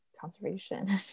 conservation